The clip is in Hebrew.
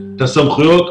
אם ייתנו לנו את הסמכויות,